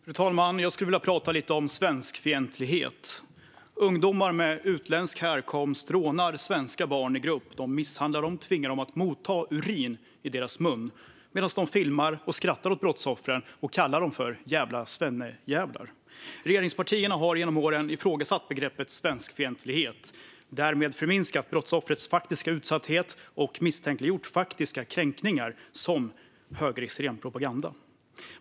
Fru talman! Jag skulle vilja prata lite om svenskfientlighet. Ungdomar med utländsk härkomst rånar svenska barn i grupp. De misshandlar dem och tvingar dem att motta urin i munnen medan de filmar dem. De skrattar åt brottsoffren och kallar dem "jävla svennejävlar". Regeringspartierna har genom åren ifrågasatt begreppet svenskfientlighet och därmed förminskat brottsoffrens faktiska utsatthet. Man har misstänkliggjort dem som rapporterat om faktiska kränkningar och beskyllt dem för att bedriva högerextrem propaganda.